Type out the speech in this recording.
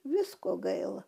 visko gaila